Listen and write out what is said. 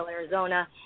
Arizona